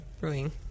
brewing